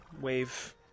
wave